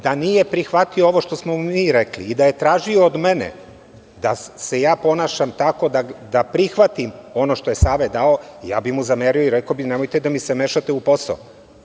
Da nije prihvatio i ovo što smo mi rekli i da je tražio od mene da se ja ponašam tako da prihvatim ono što je Savet dao, ja bi mu zamerio i rekao bih nemojte da mi se mešate u posao.